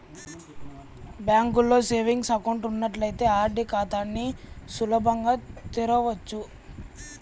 బ్యాంకులో savings account ఉన్నట్లయితే RD ఖాతాని సులభంగా తెరవచ్చు